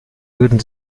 würden